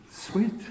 Sweet